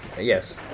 yes